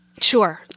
sure